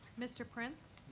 mr. prince?